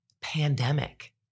pandemic